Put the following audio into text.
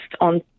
on